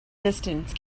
distance